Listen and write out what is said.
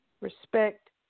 respect